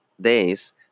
days